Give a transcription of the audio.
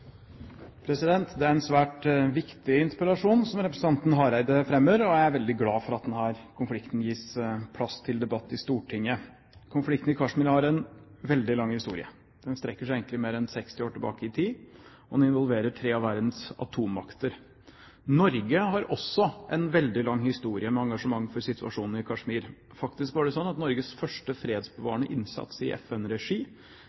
en svært viktig interpellasjon representanten Hareide fremmer, og jeg er veldig glad for at denne konflikten gis plass til debatt i Stortinget. Konflikten i Kashmir har en veldig lang historie. Den strekker seg egentlig mer enn 60 år tilbake i tid, og den involverer tre av verdens atommakter. Norge har også en veldig lang historie med engasjement for situasjonen i Kashmir. Faktisk var det slik at Norges første